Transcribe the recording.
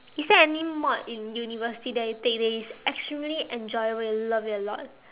is there any mod in university that you take that is extremely enjoyable you love it a lot